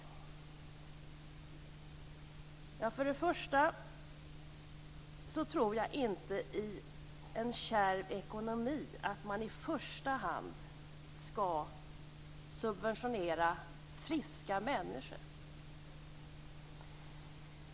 Till att börja med tror jag inte att man i en kärv ekonomi i första hand skall subventionera friska människor.